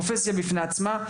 פרופסיה בפני עצמה,